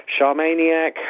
Charmaniac